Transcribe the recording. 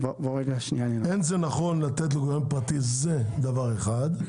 'אין זה נכון' לתת לגורם פרטי זה דבר אחד,